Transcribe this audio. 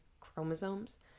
chromosomes